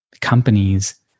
companies